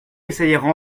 essayèrent